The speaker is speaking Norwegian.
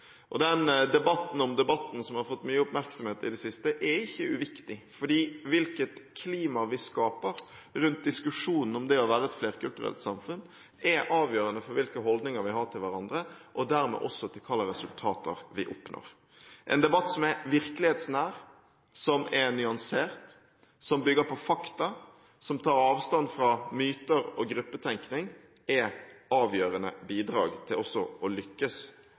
Den debatten om debatten som har fått mye oppmerksomhet i det siste, er ikke uviktig, for hvilket klima vi skaper rundt diskusjonen om det å være et flerkulturelt samfunn, er avgjørende for hvilke holdninger vi har til hverandre, og dermed også til hva slags resultater vi oppnår. En debatt som er virkelighetsnær, som er nyansert, som bygger på fakta, som tar avstand fra myter og gruppetenkning, er avgjørende bidrag til å lykkes